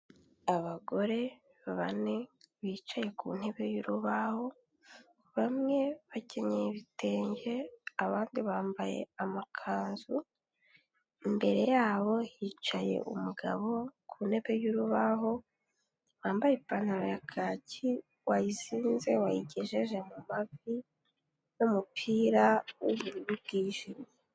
Abagore bane bicaye ku ntebe y'urubaho, bamwe bakenyeye ibitenge, abandi bambaye amakanzu, imbere yabo hicaye umugabo ku ntebe y'urubaho, wambaye ipantaro ya kaki wayizinze wayigejeje mu mavi n'umupira w'ubururu bwijimye.